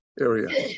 area